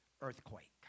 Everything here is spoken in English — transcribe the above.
earthquake